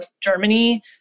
Germany